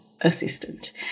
assistant